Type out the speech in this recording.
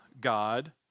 God